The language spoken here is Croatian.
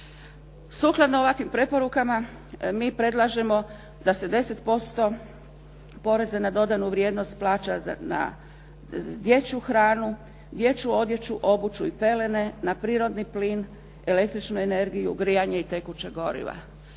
Sukladno ovakvim preporukama mi predlažemo da se 10% poreza na dodanu vrijednost plaća na dječju hranu, dječju obuću, odjeću i pelene, na prirodni plin, električnu energiju, grijanje i tekuća goriva.